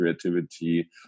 creativity